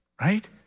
right